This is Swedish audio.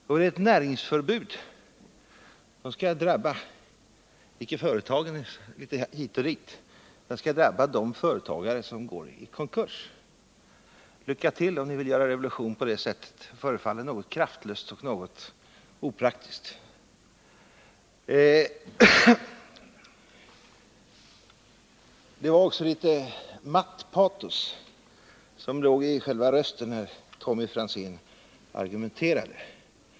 Jo, det är ett näringsförbud som inte skall drabba företagen litet hur som helst utan de företag som går i konkurs. Lycka till om ni vill göra revolution på det sättet! Det förefaller något kraftlöst och något opraktiskt. Det låg också litet maktpatos i själva rösten när Tommy Franzén argumenterade.